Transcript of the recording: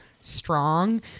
strong